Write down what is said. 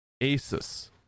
Asus